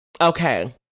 Okay